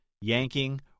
yanking